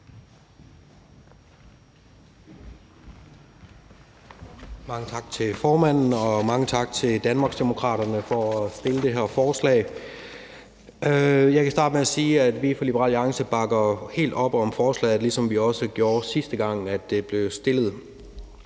Mange tak til formanden, og mange tak til Danmarksdemokraterne for at fremsætte det her forslag. Jeg kan starte med at sige, at vi fra Liberal Alliances side bakker helt op om forslaget, ligesom vi også gjorde sidste gang, det blev fremsat.